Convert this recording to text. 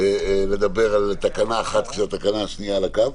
לדבר על תקנה אחת כשהתקנה השנייה על הקו,